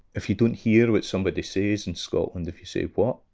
if you don't hear what somebody says in scotland, if you say what?